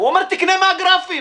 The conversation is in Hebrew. לא חשוב מה יהיה,